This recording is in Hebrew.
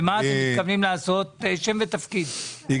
ומה אתם מתכוונים לעשות עם זה?